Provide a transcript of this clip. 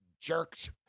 jerks